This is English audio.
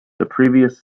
previous